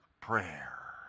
prayer